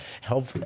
help